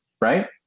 right